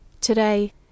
Today